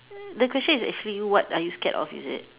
the question is actually what are you scared of is it